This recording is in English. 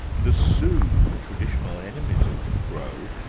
the sioux, traditional enemies of the crow,